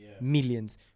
Millions